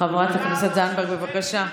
חברת הכנסת זנדברג, בבקשה.